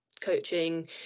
coaching